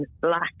black